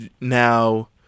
Now